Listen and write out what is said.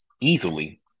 easily